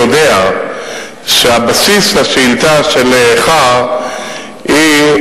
יודע שהבסיס לשאילתא שלך הוא,